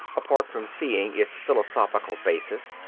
apart from seeing its philosophical basis,